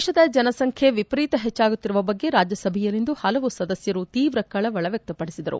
ದೇಶದ ಜನಸಂಬ್ಹೆ ವಿಪರೀತ ಹೆಚ್ಚಾಗುತ್ತಿರುವ ಬಗ್ಗೆ ರಾಜ್ಞಸಭೆಯಲ್ಲಿಂದು ಹಲವು ಸದಸ್ಯರು ತೀವ್ರ ಕಳವಳ ವ್ಲಕ್ತಪಡಿಸಿದರು